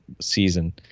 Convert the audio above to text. season